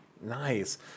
Nice